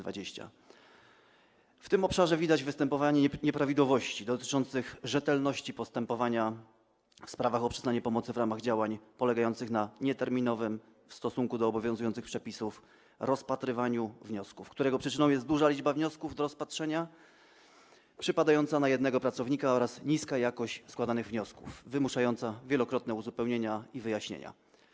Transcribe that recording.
W tym obszarze widać nieprawidłowości dotyczące rzetelności postępowania w sprawach o przyznanie pomocy w ramach działań, polegające na nieterminowym w stosunku do obowiązujących przepisów rozpatrywaniu wniosków, czego przyczyną jest duża liczba wniosków do rozpatrzenia przypadająca na jednego pracownika oraz niska jakość składanych wniosków wymuszająca wielokrotne uzupełnienia i wyjaśnienia.